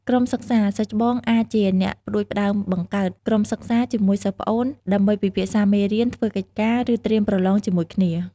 ក្រុមសិក្សា សិស្សច្បងអាចជាអ្នកផ្តួចផ្តើមបង្កើត ក្រុមសិក្សា ជាមួយសិស្សប្អូន ដើម្បីពិភាក្សាមេរៀន ធ្វើកិច្ចការ ឬត្រៀមប្រឡងជាមួយគ្នា។